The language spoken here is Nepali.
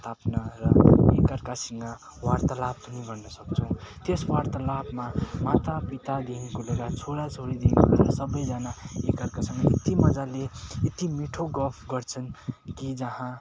ताप्न र एक अर्कासँग वार्तालाप पनि गर्न सक्छौँ त्यस वार्तालापमा माता पितादेखिको लिएर छोरा छोरीदेखिको लिएर सबैजना एकअर्कासँग यति मजाले यति मिठो गफ गर्छन् कि जहाँ